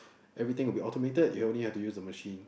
everything will be automated you only have to use the machine